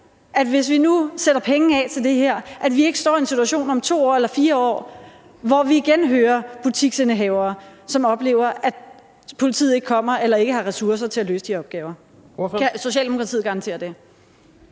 hvis vi nu sætter penge af til det her, står i en situation om 2 eller 4 år, hvor vi igen hører butiksindehavere, som oplever, at politiet ikke kommer eller ikke har ressourcer til at løse de her opgaver? Kan Socialdemokratiet garantere det?